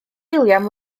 william